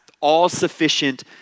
all-sufficient